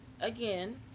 again